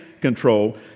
control